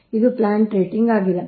ಇದು plant rating ಆಗಿದೆ